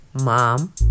Mom